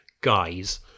guys